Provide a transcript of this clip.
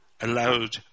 allowed